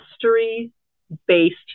history-based